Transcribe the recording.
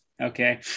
Okay